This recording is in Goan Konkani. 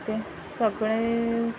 ओके सगळे